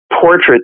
portrait